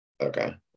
Okay